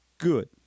good